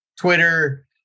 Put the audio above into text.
Twitter